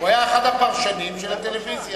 הוא היה אחד הפרשנים של הטלוויזיה.